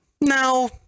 No